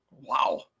Wow